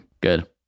Good